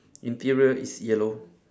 interior is yellow